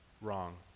Wrong